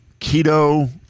keto